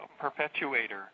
perpetuator